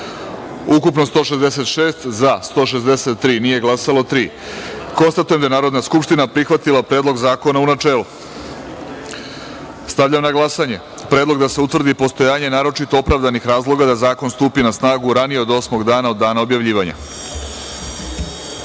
– troje narodnih poslanika. Konstatujem da je Narodna skupština prihvatila Predlog zakona u načelu. Stavljam na glasanje predlog da se utvrdi postojanje naročito opravdanih razloga da zakon stupi na snagu ranije od osmog dana od dana objavljivanja. Zaključujem